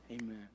amen